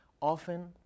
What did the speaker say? often